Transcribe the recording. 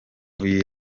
uyu